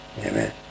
Amen